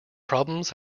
problems